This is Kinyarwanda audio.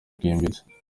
bwimbitse